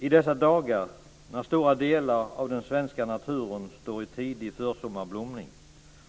I dessa dagar står stora delar av den svenska naturen i tidig försommarblomning.